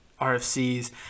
RFCs